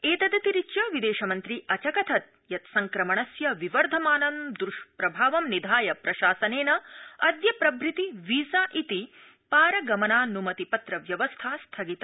एतदतिरिच्य विदेशमन्त्री अचकथत् यत् संक्रमणस्य विवर्धमानं दुष्प्रभावं निधाय प्रशासनेन अद्य प्रभृति वीजा ति पार गमनान्मति पत्र व्यवस्था स्थगित